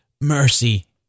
Mercy